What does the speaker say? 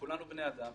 כולנו בני אדם.